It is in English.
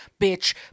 bitch